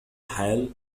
حال